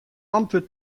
antwurd